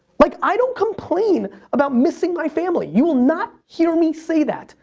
like, i don't complain about missing my family. you will not hear me say that.